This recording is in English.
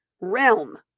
realm